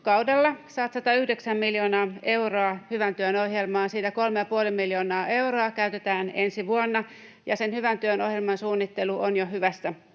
satsata 9 miljoonaa euroa hyvän työn ohjelmaan. Siitä 3,5 miljoonaa euroa käytetään ensi vuonna, ja sen hyvän työn ohjelman suunnittelu on jo hyvässä